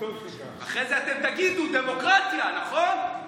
אחרי זה אתם תגידו "דמוקרטיה", נכון?